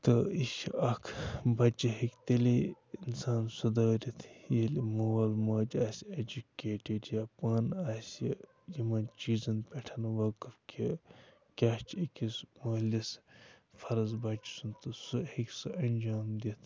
تہٕ یہِ چھِ اَکھ بَچہٕ ہیٚکۍ تیٚلی اِنسان سُدٲرِت ییٚلہِ مول ماجہِ آسہِ اٮ۪جُکیٹٕڈ یا پانہٕ آسہِ یِمَن چیٖزَن پٮ۪ٹھ وٲقٕف کہِ کیٛاہ چھِ أکِس مٲلِس فرٕض بَچہٕ سُنٛد تہٕ سُہ ہیٚکۍ سُہ اَنجام دِتھ